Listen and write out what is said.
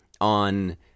on